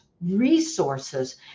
resources